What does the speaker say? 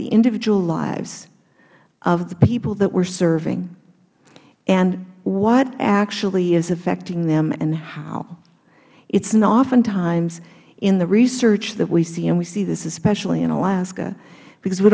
the individual lives of the people that we are serving and what actually is affecting them and how it isn't oftentimes in the research that we see and we see this especially in alaska because we